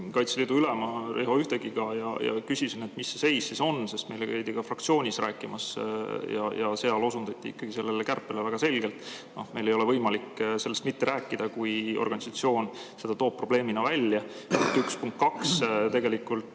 Kaitseliidu ülema Riho Ühtegiga ja küsisin, mis see seis siis on, sest meile käidi ka fraktsioonis rääkimas ja seal osundati ikkagi sellele kärpele väga selgelt. Meil ei ole võimalik sellest mitte rääkida, kui organisatsioon seda probleemina välja toob.